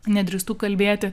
nedrįstu kalbėti